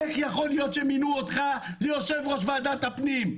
איך יכול להיות שמינו אותך ליושב-ראש ועדת הפנים?